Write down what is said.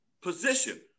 position